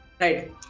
Right